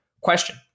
question